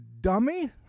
dummy